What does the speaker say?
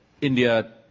India